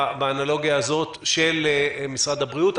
באנלוגיה הזאת, של משרד הבריאות.